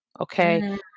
Okay